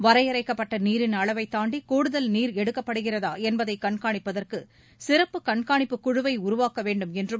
வரையறைக்கப்பட்ட நீரின் அளவை தாண்டி கூடுதல் நீர் எடுக்கப்படுகிறதா என்பதை கண்காணிப்பதற்கு சிறப்பு கண்காணிப்பு குழுவை உருவாக்க வேண்டும் என்றும்